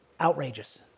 Outrageous